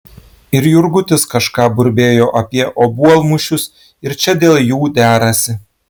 ir jurgutis kažką burbėjo apie obuolmušius ir čia dėl jų derasi